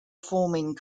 forming